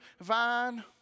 vine